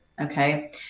okay